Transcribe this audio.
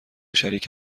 شریک